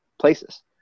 places